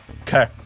okay